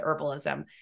herbalism